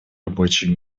рабочей